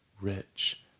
rich